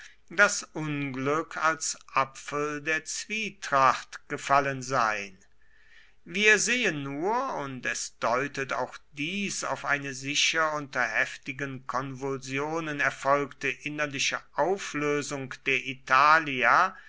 das unglück als apfel der zwietracht gefallen sein wir sehen nur und es deutet auch dies auf eine sicher unter heftigen konvulsionen erfolgte innerliche auflösung der italia